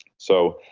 so,